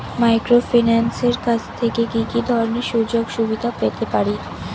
মাইক্রোফিন্যান্সের কাছ থেকে কি কি ধরনের সুযোগসুবিধা পেতে পারি?